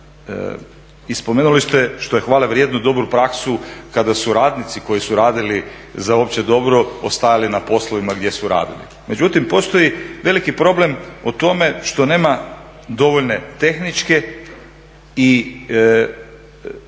i spomenuli ste što je hvale vrijedno dobru praksu kada su radnici koji su radili za opće dobro ostajali na poslovima gdje su radilo. Međutim, postoji veliki problem o tome što nema dovoljne tehničke i